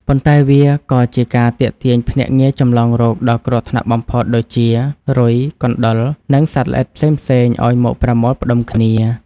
ប៉ុន្តែវាក៏ជាការទាក់ទាញភ្នាក់ងារចម្លងរោគដ៏គ្រោះថ្នាក់បំផុតដូចជា រុយ កណ្ដុរ និងសត្វល្អិតផ្សេងៗឱ្យមកប្រមូលផ្ដុំគ្នា។